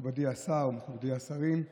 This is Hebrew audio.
מכובדי השר, מכובדיי השרים,